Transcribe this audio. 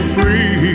Free